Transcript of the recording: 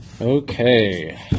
Okay